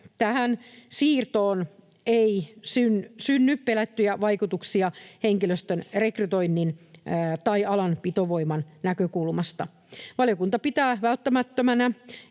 tähän siirtoon ei synny pelättyjä vaikutuksia henkilöstön rekrytoinnin tai alan pitovoiman näkökulmasta. Valiokunta pitää välttämättömänä,